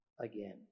again